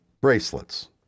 bracelets